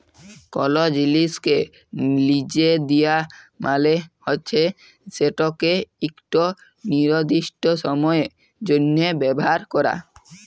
call জিলিসকে লিজে দিয়া মালে হছে সেটকে ইকট লিরদিস্ট সময়ের জ্যনহে ব্যাভার ক্যরা